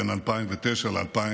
בין 2009 ל-2021,